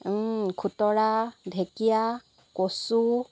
খুতৰা ঢেকীয়া কচু